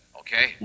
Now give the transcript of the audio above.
okay